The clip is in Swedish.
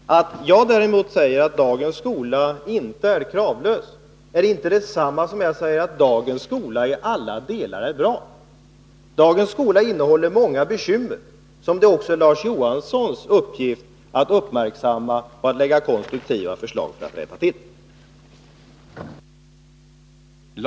Förlåt, herr talman. När jag säger att dagens skola inte är kravlös, så är det inte detsamma som att jag säger att den till alla delar är bra. Dagens skola innehåller många bekymmer, som det också är Larz Johanssons uppgift att uppmärksamma och lägga konstruktiva förslag för att rätta till.